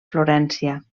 florència